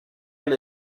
and